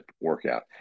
workout